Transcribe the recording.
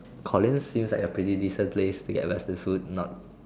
Collin's seems like a pretty decent place to get Western food not